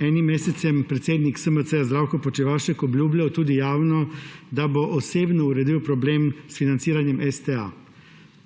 enim mesecem predsednik SMC Zdravko Počivalšek obljubljal tudi javno, da bo osebno uredil problem s financiranjem STA,